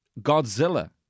Godzilla